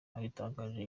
abitangaje